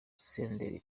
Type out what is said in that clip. senderi